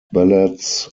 ballads